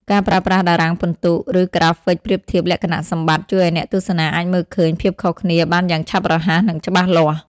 ការប្រើប្រាស់តារាងពិន្ទុ ឬក្រាហ្វិកប្រៀបធៀបលក្ខណៈសម្បត្តិ ជួយឱ្យអ្នកទស្សនាអាចមើលឃើញភាពខុសគ្នាបានយ៉ាងឆាប់រហ័ស និងច្បាស់លាស់។